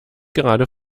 gerade